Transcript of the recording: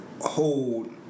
hold